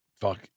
Fuck